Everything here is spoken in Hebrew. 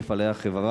או למפעלי החברה,